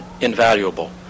invaluable